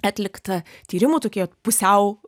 atlikta tyrimų tokie pusiau